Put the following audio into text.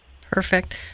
Perfect